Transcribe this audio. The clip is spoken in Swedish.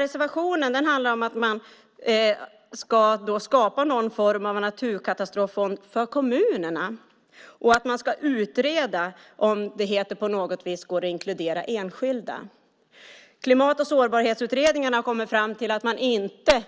Reservationen handlar om att man ska skapa någon form av naturkatastroffond för kommunerna. Man ska utreda om det på något vis går att inkludera enskilda. Klimat och sårbarhetsutredningen har kommit fram till att man inte